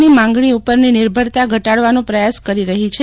ની માંગણી ઉપરની નિર્ભરતા ઘટાડવાનો પ્રયાસ કરી રહી છે